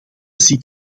ziet